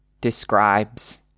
describes